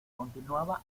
continuaba